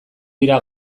dira